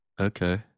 Okay